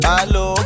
Hello